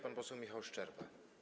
Pan poseł Michał Szczerba.